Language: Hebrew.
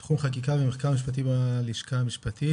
מתחום חקיקה ומחקר משפטי בלשכה המשפטית.